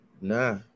nah